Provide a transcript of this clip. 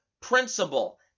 principle